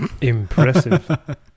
Impressive